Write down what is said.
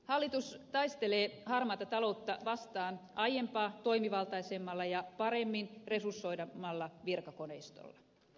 hallitus taistelee harmaata taloutta vastaan aiempaa toimivaltaisemmalla ja paremmin resursoidulla virkakoneistolla